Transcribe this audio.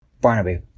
Barnaby